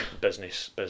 business